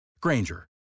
Granger